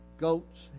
goat's